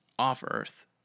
off-Earth